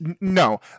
No